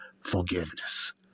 forgiveness